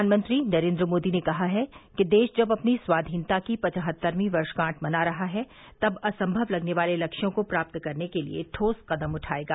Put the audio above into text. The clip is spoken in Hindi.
प्रधानमंत्री नरेन्द्र मोदी ने कहा है कि देश जब अपनी स्वाधीनता की पचहत्तरवीं वर्षगांठ मना रहा है तब असंभव लगने वाले लक्ष्यों को प्राप्त करने के लिए ठोस कदम उठायेगा